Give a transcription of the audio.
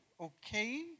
okay